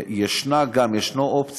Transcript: יש גם אופציה,